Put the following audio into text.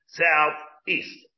southeast